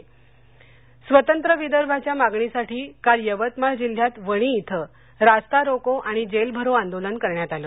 आंदोलन स्वतंत्र विदर्भांच्या मागणीसाठी काल यवतमाळ जिल्ह्यात वणी इथं रास्ता रोको आणि जेलभरो आंदोलन करण्यात आलं